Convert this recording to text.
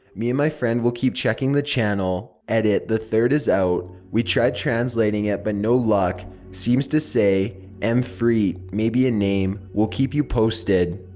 me and my friend will keep checking the channel. edit the third is out. we tried translating it but no luck seems to just say m friet maybe a name? will keep you posted.